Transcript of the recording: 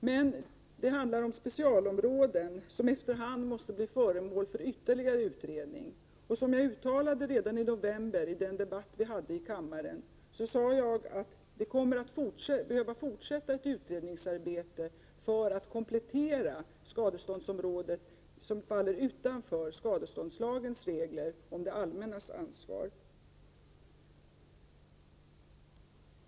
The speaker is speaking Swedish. Men det handlar om specialområden som efter hand måste bli föremål för ytterligare utredning. Som jag uttalade redan i november i den debatt vi hade i kammaren kommer det att bli nödvändigt att fortsätta med ett utredningsarbete för att komplettera det skadeståndsområde som faller utanför skadeståndslagens regler om det allmännas ansvar.